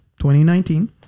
2019